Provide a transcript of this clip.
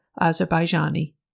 Azerbaijani